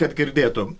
kad girdėtų